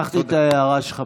לקחתי את ההערה שלך בחשבון.